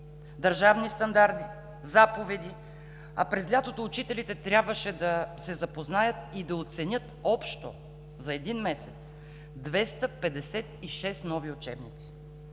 държавни стандарти, заповеди. А през лятото учителите трябваше да се запознаят и да оценят за един месец общо 256 нови учебника.